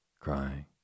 crying